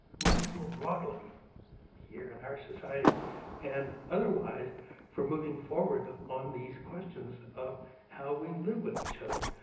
much more broadly here in our society and otherwise for moving forward on these questions of how we live with each other,